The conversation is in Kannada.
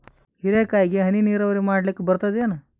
ಹೀರೆಕಾಯಿಗೆ ಹನಿ ನೀರಾವರಿ ಮಾಡ್ಲಿಕ್ ಬರ್ತದ ಏನು?